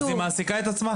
אז היא מעסיקה את עצמה.